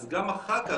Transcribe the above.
אז גם אחר כך,